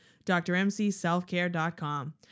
drmcselfcare.com